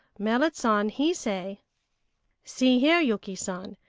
merrit san he say see here, yuki san,